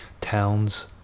towns